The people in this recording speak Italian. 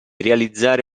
realizzare